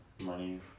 Money